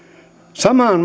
samaan